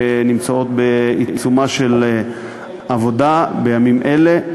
והן בעיצומה של עבודה בימים אלה.